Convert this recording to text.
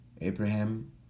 Abraham